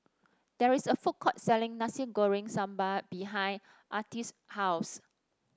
there is a food court selling Nasi Goreng Sambal behind Artie's house